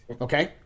okay